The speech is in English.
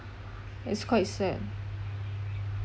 it's quite sad